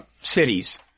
cities